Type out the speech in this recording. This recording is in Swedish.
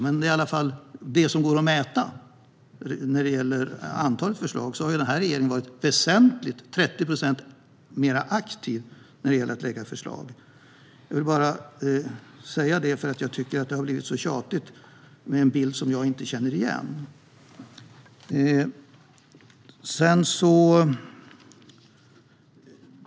Men utifrån det som går att mäta, antalet förslag, har den här regeringen varit väsentligt mer aktiv, 30 procent, när det gäller att lägga fram förslag. Jag vill säga det, eftersom det har blivit tjatigt med den bild som jag inte känner igen.